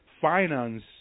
finance